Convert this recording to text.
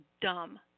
dumb